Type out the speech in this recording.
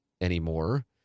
anymore